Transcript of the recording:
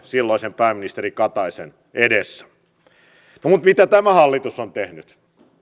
silloisen pääministeri kataisen edessä no mutta mitä tämä hallitus on tehnyt